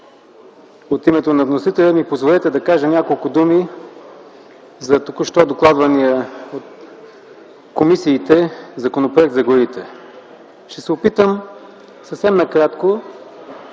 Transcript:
от името на вносителите да кажа няколко думи за току-що докладвания от комисиите Законопроект за горите. Ще се опитам съвсем накратко